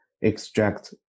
extract